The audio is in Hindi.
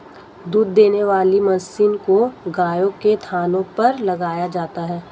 दूध देने वाली मशीन को गायों के थनों पर लगाया जाता है